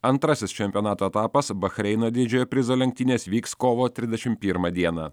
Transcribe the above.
antrasis čempionato etapas bahreino didžiojo prizo lenktynės vyks kovo trisdešimt pirmą dieną